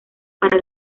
para